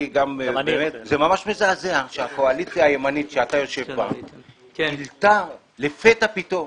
זה ממש מזעזע שהקואליציה הימנית שאתה יושב בה גילתה לפתע פתאום